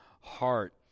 heart